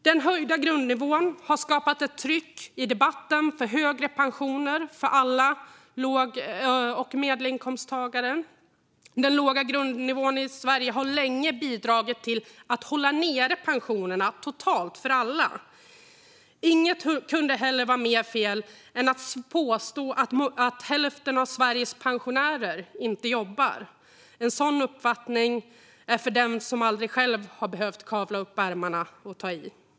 Den höjda grundnivån har skapat ett tryck i debatten för högre pensioner för alla låg och medelinkomsttagare. Den låga grundnivån i Sverige har länge bidragit till att hålla nere pensionerna totalt för alla. Inget kunde heller vara mer fel än att påstå att hälften av Sveriges pensionärer inte har jobbat. En sådan uppfattning är för den som aldrig själv har behövt kavla upp ärmarna och ta i.